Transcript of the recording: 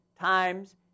times